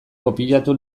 kopiatu